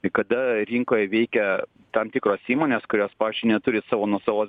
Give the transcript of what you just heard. kada rinkoj veikia tam tikros įmonės kurios pavyzdžiui neturi savo nuosavos